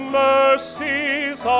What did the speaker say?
mercies